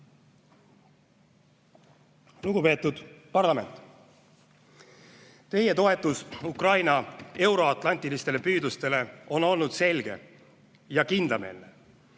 Lugupeetud parlament! Teie toetus Ukraina euro-atlantilistele püüdlustele on olnud selge ja kindlameelne.